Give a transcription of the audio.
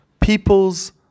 People's